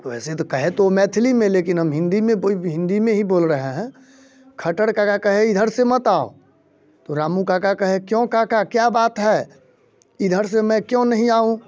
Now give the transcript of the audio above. वैसे तो कहे तो वो मैथिली में लेकिन हम हिंदी में हिंदी में ही बोल रहे हैं खटर काका कहे इधर से मत आओ तो रामू काका कहे क्यों काका क्या बात है इधर से मैं क्यों नहीं आऊँ